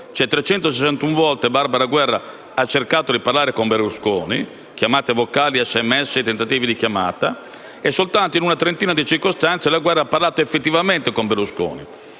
cioè 361 volte Barbara Guerra ha cercato di parlare con Berlusconi (chiamate vocali, sms e tentativi di chiamata), e soltanto in una trentina di circostanze la Guerra ha parlato effettivamente con Berlusconi.